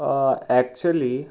actually